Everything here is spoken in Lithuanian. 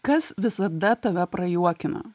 kas visada tave prajuokina